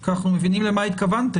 כי אנחנו מבינים למה התכוונתם,